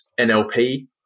NLP